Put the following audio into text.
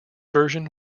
version